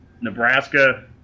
nebraska